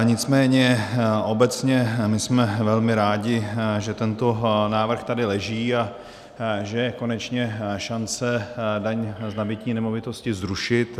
Nicméně obecně my jsme velmi rádi, že tento návrh tady leží a že je konečně šance daň z nabytí nemovitosti zrušit.